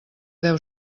deu